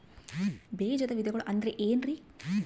ಬೇಜದ ವಿಧಗಳು ಅಂದ್ರೆ ಏನ್ರಿ?